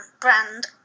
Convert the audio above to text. brand